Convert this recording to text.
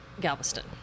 galveston